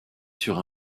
sur